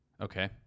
Okay